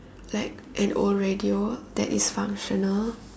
like an old radio that is functional